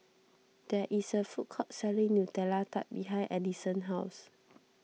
there is a food court selling Nutella Tart behind Addison's house